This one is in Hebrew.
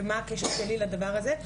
ומה הקשר שלי לדבר זה.